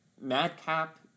madcap